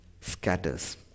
scatters